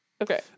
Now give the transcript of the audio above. okay